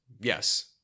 yes